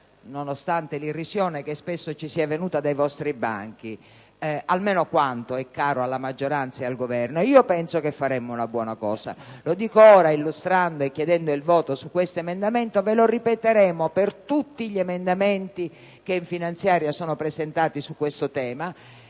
nonostante l'irrisione che spesso ci è venuta dai vostri banchi, almeno quanto è caro alla maggioranza e al Governo, penso che faremo una buona cosa. Lo dico chiedendo il voto su questo emendamento, e lo ripeteremo per tutti quegli emendamenti della finanziaria che riguardano questo tema.